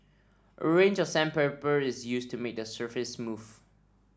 a range of sandpaper is used to make the surface smooth